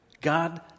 God